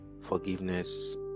forgiveness